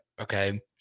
okay